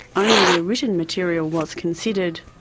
only their written material was considered.